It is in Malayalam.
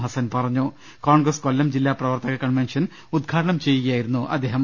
ഹസ്സൻ പറഞ്ഞും കോൺഗ്രസ്കൊല്ലം ജില്ലാ പ്രവർത്തക കൺവെൻഷൻ ഉദ്ഘാടനം ചെയ്യുകയായിരുന്നു അദ്ദേഹം